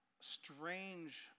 strange